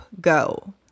go